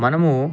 మనము